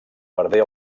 perdé